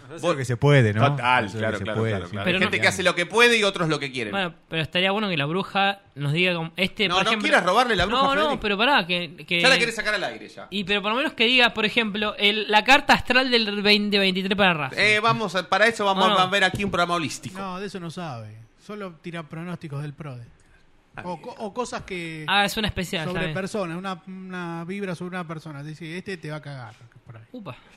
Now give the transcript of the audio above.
Hacer lo Vos- que se puede, ¿no? Total, Hacer lo que claro, se claro, puede, claro, sin- claro. Pero Hay no- gente que hace lo que puede y otros lo que quieren. Bueno, pero estaría bueno que la bruja nos diga como- este, No, por no ejemplo- quieras robarle la bruja No, no, a Federico. pero pará, que- Ya la que- querés sacar al aire, ya. Y, pero por lo menos que diga, por ejemplo, el- la carta astral del 2023 para Rafa. Eh, vamos a- para eso vamos a No, no. ver aquí un programa holístico. No, de eso no sabe. Solo tira pronósticos del Prode. Ah, O co- bien. o cosas que- Ah, es una especial, sobre sabe. personas, una- una vibra sobre una persona. Dice, "Este te va a cagar", por ahí. Upa.